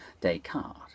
Descartes